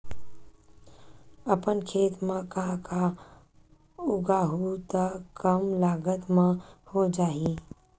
अपन खेत म का का उगांहु त कम लागत म हो जाही?